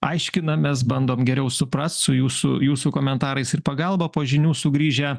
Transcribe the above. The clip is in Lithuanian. aiškinamės bandom geriau suprast su jūsų jūsų komentarais ir pagalba po žinių sugrįžę